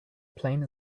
plane